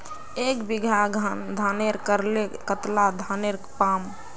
एक बीघा धानेर करले कतला धानेर पाम?